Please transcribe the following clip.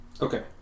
Okay